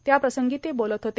त्याप्रसंगी ते बोलत होते